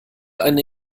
eine